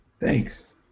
Thanks